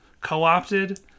Co-opted